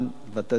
ואתה יודע באמת,